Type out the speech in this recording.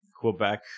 Quebec